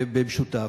במשותף.